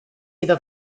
iddo